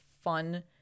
fun